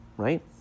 right